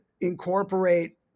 incorporate